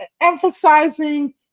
emphasizing